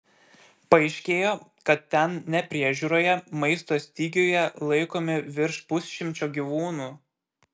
paaiškėjo kad ten nepriežiūroje maisto stygiuje laikomi virš pusšimčio gyvūnų